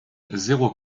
zéro